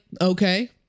okay